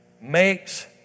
makes